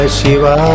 Shiva